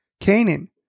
Canaan